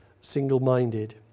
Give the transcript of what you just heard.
single-minded